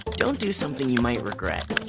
don't do something you might regret.